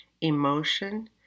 emotion